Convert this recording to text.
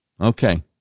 Okay